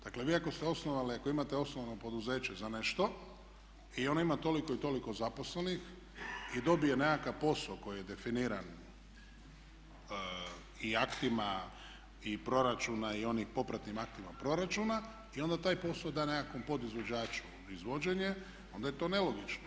Dakle, vi ako ste osnovali i ako imate osnovano poduzeće za nešto i ono ima toliko i toliko zaposlenih i dobije nekakav posao koji je definiran i aktima i proračuna i onim popratnim aktima proračuna i onda taj posao da nekakvom podizvođaču na izvođenje onda je to nelogično.